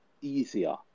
easier